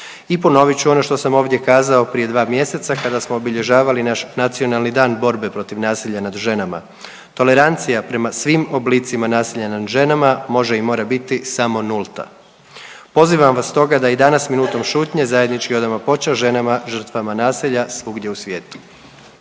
i ponovit ću ono što sam ovdje kazao prije 2 mjeseca, kada smo obilježavali naš Nacionalni dan borbe protiv nasilja nad ženama. Tolerancija prema svim oblicima nasilja nad ženama može i mora biti samo nulta. Pozivam vas stoga da i danas minutom šutnje zajednički odamo počast ženama žrtvama nasilja svugdje u svijetu.